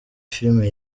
filimi